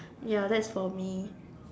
ya that's for me